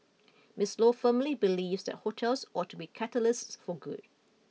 Miss Luo firmly believes that hotels ought to be catalysts for good